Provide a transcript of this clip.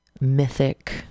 Mythic